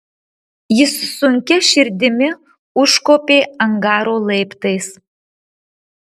jis sunkia širdimi užkopė angaro laiptais